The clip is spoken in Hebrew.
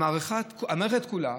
המערכת כולה,